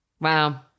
wow